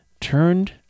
turned